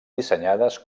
dissenyades